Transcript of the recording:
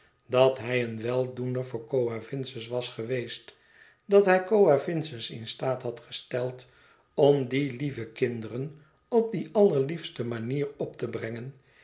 dat hij een weldoener voor coavinses was geweest dat hij coavinses in staat had gesteld om die lieve kinderen op die allerliefste manier op te brengen